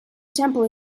temple